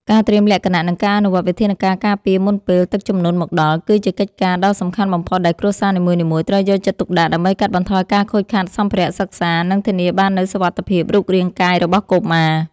ការត្រៀមលក្ខណៈ និងការអនុវត្តវិធានការការពារមុនពេលទឹកជំនន់មកដល់ គឺជាកិច្ចការដ៏សំខាន់បំផុតដែលគ្រួសារនីមួយៗត្រូវយកចិត្តទុកដាក់ ដើម្បីកាត់បន្ថយការខូចខាតសម្ភារៈសិក្សា និងធានាបាននូវសុវត្ថិភាពរូបរាងកាយរបស់កុមារ។